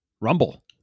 rumble